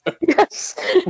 Yes